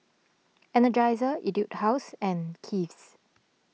Energizer Etude House and Kiehl's